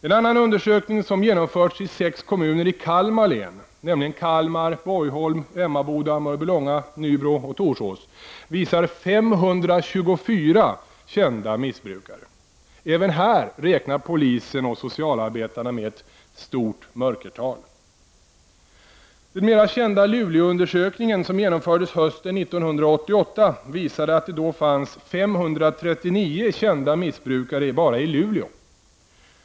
En annan undersökning som genomförts i sex kommuner i Kalmar län, nämligen Kalmar, Borgholm, Emmaboda, Mörbylånga, Nybro och Torsås visar 524 kända missbrukare. Även här räknar polisen och socialarbetarna med ett stort mörkertal. Den mera kända Luleåundersökningen, som genomfördes hösten 1988, visade att det då fanns 539 kända missbrukare bara i Luleå.